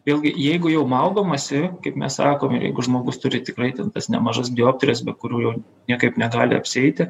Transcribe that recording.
vėlgi jeigu jau maudomasi kaip mes sakom ir jeigu žmogus turi tikrai ten tas nemažas dioptrijas be kurių jau niekaip negali apsieiti